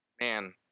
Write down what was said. man